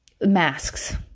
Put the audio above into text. masks